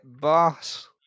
boss